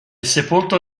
sepolto